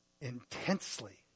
intensely